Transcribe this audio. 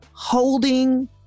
Holding